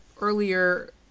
earlier